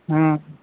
ᱦᱮᱸ